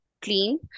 clean